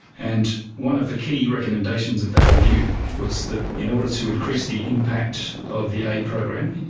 and one of the key recommendations of that review was that in order to increase the impact of the aid program,